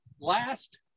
last